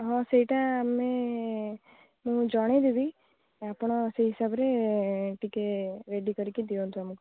ହଁ ସେଇଟା ଆମେ ମୁଁ ଜଣେଇଦେବି ଆପଣ ସେଇ ହିସାବରେ ଟିକିଏ ରେଡ଼ି କରିକି ଦିଅନ୍ତୁ ଆମକୁ